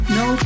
no